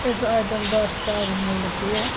इस आइटम दा स्टाक मुल्ल केह् ऐ